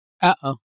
Uh-oh